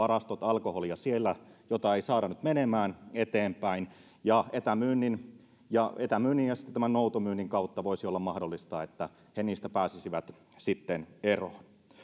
laajat varastot alkoholia jota ei saada nyt menemään eteenpäin ja etämyynnin ja etämyynnin ja sitten tämän noutomyynnin kautta voisi olla mahdollista että he niistä pääsisivät sitten eroon